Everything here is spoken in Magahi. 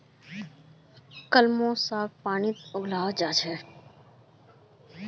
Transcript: कलमी साग पानीत उगाल जा छेक